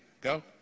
Go